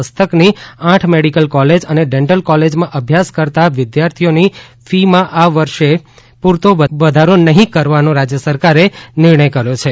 હસ્તકની આઠ medical college અને ડેન્ટલ કોલેજમાં અભ્યાસ કરતાં વિદ્યાર્થીઓની ફી માં આ વર્ષ પુરતો કોઇ વધારો નહીં કરવાનો રાજ્ય સરકારે નિર્ણય કર્યો છે